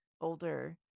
older